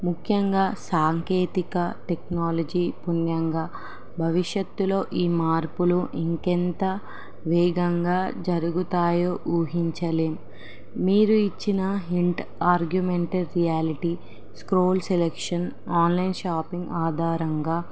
ముఖ్యంగా సాంకేతిక టెక్నాలజీ పుణ్యంగా భవిష్యత్తులో ఈ మార్పులు ఇంకెంత వేగంగా జరుగుతాయో ఊహించలేము మీరు ఇచ్చిన hint augmented reality scroll selection online shopping ఆధారంగా